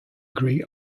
greek